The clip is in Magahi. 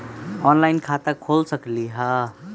ऑनलाइन खाता खोल सकलीह?